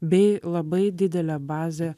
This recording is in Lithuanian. bei labai didelė bazė